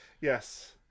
Yes